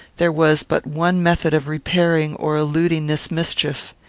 there was but one method of repairing or eluding this mischief.